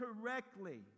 correctly